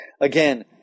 Again